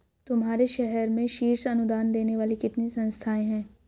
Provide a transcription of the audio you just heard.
तुम्हारे शहर में शीर्ष अनुदान देने वाली कितनी संस्थाएं हैं?